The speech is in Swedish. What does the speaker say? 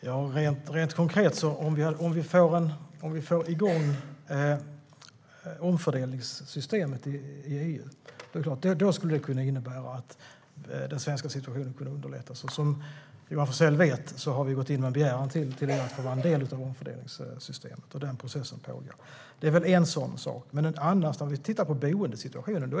Herr talman! Om vi får igång omfördelningssystemet i EU skulle det kunna innebära att den svenska situationen underlättas. Som Johan Forssell vet har vi gått in med en begäran till EU om att få vara en del av omfördelningssystemet. Den processen pågår. När det gäller boendena finns det två olika tillvägagångssätt.